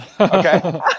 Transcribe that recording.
okay